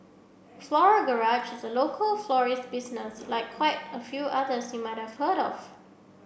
Floral Garage is a local florist business like quite a few others you might have heard of